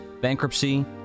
bankruptcy